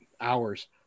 hours